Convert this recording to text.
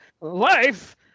Life